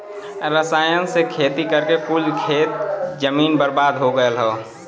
रसायन से खेती करके कुल खेत जमीन बर्बाद हो लगल हौ